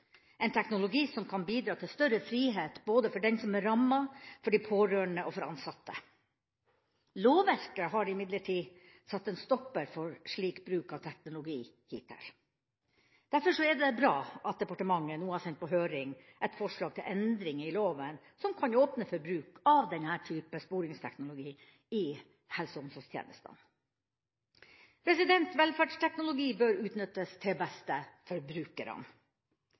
en teknologi som kan bidra til større frihet både for den som er rammet, for de pårørende og for de ansatte. Lovverket har imidlertid hittil satt en stopper for bruk av slik teknologi. Derfor er det bra at departementet nå har sendt på høring et forslag til endring i loven som kan åpne for bruk av denne typen sporingsteknologi i helse- og omsorgstjenestene. Velferdsteknologi bør utnyttes til beste